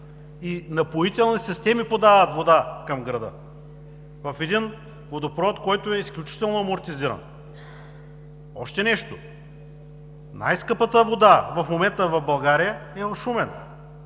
напоителни системи подават вода към града в един водопровод, който е изключително амортизиран. Още нещо – най-скъпата вода в момента в България е в Шумен.